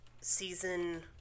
season